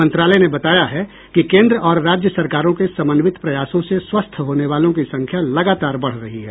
मंत्रालय ने बताया है कि केन्द्र और राज्य सरकारों के समन्वित प्रयासों से स्वस्थ होने वालों की संख्या लगातार बढ़ रही है